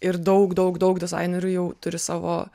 ir daug daug daug dizainerių jau turi savo